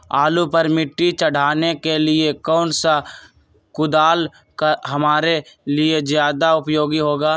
आलू पर मिट्टी चढ़ाने के लिए कौन सा कुदाल हमारे लिए ज्यादा उपयोगी होगा?